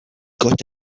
got